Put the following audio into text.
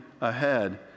ahead